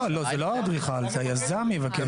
לא זה לא האדריכל זה היזם יבקש.